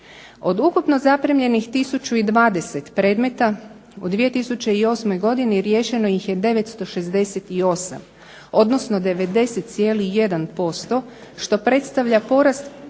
Od ukupno zaprimljenih 1020 predmeta u 2008. godini riješeno ih je 968, odnosno 90,1% što predstavlja porast